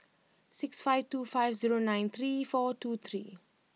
six five two five zero nine three four two three